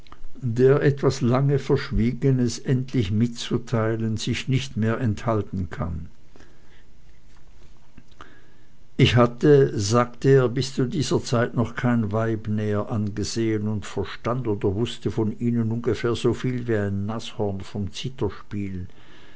der etwas lange verschwiegenes endlich mitzuteilen sich nicht mehr enthalten kann ich hatte sagte er bis zu dieser zeit noch kein weib näher angesehen und verstand oder wußte von ihnen ungefähr soviel wie ein nashorn vom